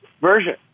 version